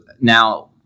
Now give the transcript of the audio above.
now